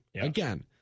Again